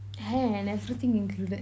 hair and everything included